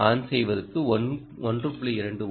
எனவே ஆன் ஆவதற்கு 1